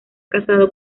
casado